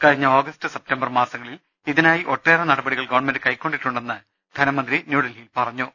കഴിഞ്ഞ August September മാസങ്ങളിൽ ഇതിനായി ഒട്ടേറെ നടപടി കൾ ഗവൺമെന്റ് കൈക്കൊണ്ടിട്ടുണ്ടെന്ന് ധനമന്ത്രി ന്യൂഡൽഹിയിൽ പറ ഞ്ഞു